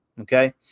okay